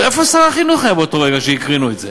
איפה היה שר החינוך באותו רגע כשהקרינו את זה?